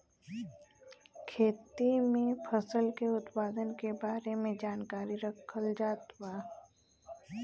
खेती में फसल के उत्पादन के बारे में जानकरी रखल जात बा